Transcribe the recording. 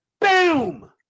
Boom